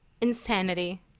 insanity